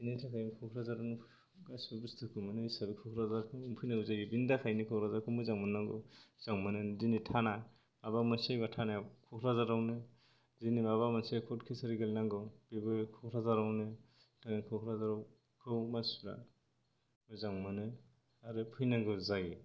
बेनि थाखायनो क'क्राजारावनो गासैबो बुस्थुखौ मोनो हिसाबै क'क्राजाराव फैनांगौ जायो बेनि थाखायनो क'क्राजारखौ मोजां मोननांगौ मोजां मोनो दिनै थाना एबा माबा मोनसे जायोबा थानायाव क'क्राजारावनो दिनै माबा मोनसे कर्ट कासारि गेलेनांगौ बेबो क'क्राजारावनो क'क्राजाराखौ मानसिफ्रा मोजां मोनो आरो फैनांगौ जायो